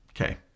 Okay